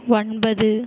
ஒன்பது